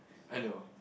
I know